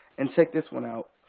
and check this one out.